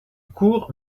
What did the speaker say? cours